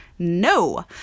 No